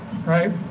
Right